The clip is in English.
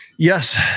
Yes